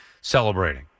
celebrating